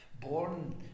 born